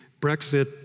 Brexit